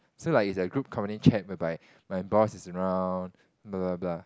so like is a group company chat whereby my boss is around blah blah